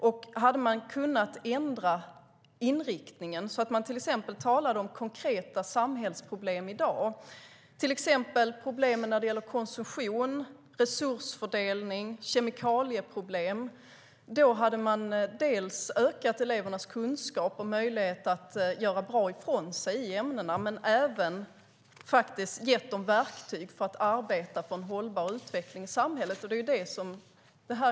Om man ändrade inriktningen och till exempel talade om konkreta samhällsproblem i dag såsom problemen när det gäller konsumtion, resursfördelning och kemikalieproblem hade man ökat elevernas kunskap och möjlighet att göra bra ifrån sig i ämnena men även gett dem verktyg för att arbeta för en hållbar utveckling i samhället.